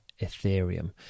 Ethereum